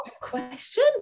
question